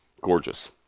Gorgeous